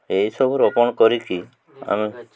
ଏହିସବୁ ରୋପଣ କରିକି ଆମେ